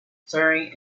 surrey